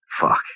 fuck